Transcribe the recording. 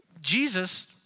Jesus